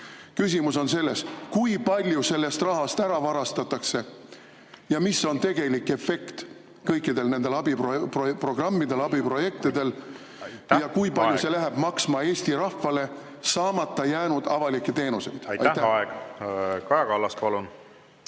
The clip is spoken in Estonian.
Küsimus on selles, kui palju sellest rahast ära varastatakse ja mis on tegelik efekt kõikidel nendel abiprogrammidel, abiprojektidel ja kui palju see läheb maksma Eesti rahvale saamata jäänud avalikke teenuseid. Aitäh, härra eesistuja!